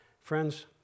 Friends